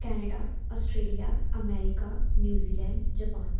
Canada Australia America New Zealand Japan